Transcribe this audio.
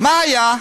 מה היה?